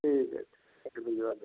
ठीक है भिजवा देता हूँ